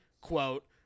quote